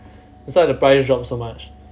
that's why the price drop so much